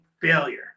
failure